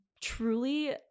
truly